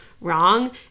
wrong